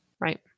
Right